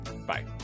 Bye